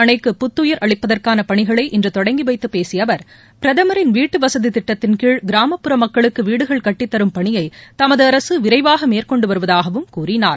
அணைக்கு புத்துயிர் அளிப்பதற்கான ஜார்கண்டில் மண்டல் பணிகளை இன்று தொடங்கிவைத்து பேசிய அவர் பிரதமரின் வீட்டு வசதி திட்டத்தின்கீழ் கிராமப்புற மக்களுக்கு வீடுகள் கட்டித்தரும் பணியைதமது அரசு விரைவாக மேற்கொண்டு வருவதாகவும் கூறினார்